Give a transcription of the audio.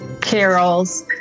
carols